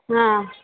हा